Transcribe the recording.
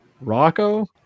Rocco